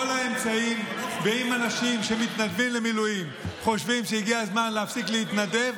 ואם אנשים שמתנדבים למילואים חושבים שהגיע הזמן להפסיק להתנדב,